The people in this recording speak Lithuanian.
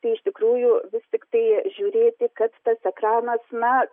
tai iš tikrųjų vis tiktai žiūrėti kad tas ekranas na